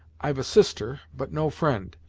i've a sister, but no friend.